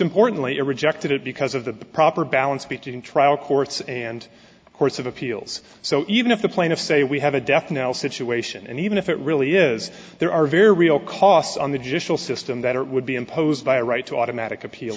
importantly it rejected it because of the proper balance between trial courts and courts of appeals so even if the plaintiffs say we have a death knell situation and even if it really is there are very real costs on the judicial system that it would be imposed by a right to automatic appeal